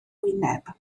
wyneb